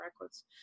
records